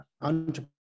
entrepreneur